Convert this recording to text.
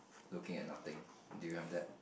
looking at nothing do you have that